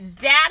dad